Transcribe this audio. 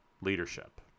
leadership